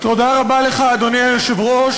תודה רבה לך, אדוני היושב-ראש.